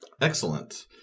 Excellent